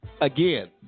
Again